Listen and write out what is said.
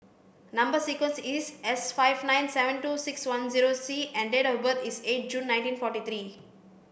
number sequence is S five nine seven two six one zero C and date of birth is eight June nineteen forty three